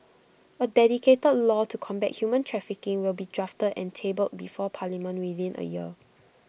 A dedicated law to combat human trafficking will be drafted and tabled before parliament within A year